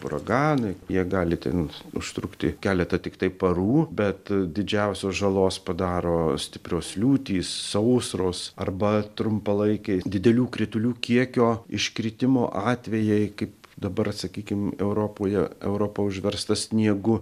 uraganai jie gali ten užtrukti keletą tiktai parų bet didžiausios žalos padaro stiprios liūtys sausros arba trumpalaikiai didelių kritulių kiekio iškritimo atvejai kaip dabar sakykim europoje europa užversta sniegu